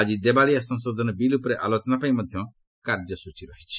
ଆଜି ଦେବାଳିଆ ସଂଶୋଧନ ବିଲ୍ ଉପରେ ଆଲୋଚନା ପାଇଁ ମଧ୍ୟ କାର୍ଯ୍ୟସୂଚୀ ରହିଛି